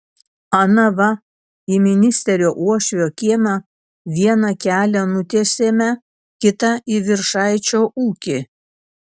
ana va į ministerio uošvio kiemą vieną kelią nutiesėme kitą į viršaičio ūkį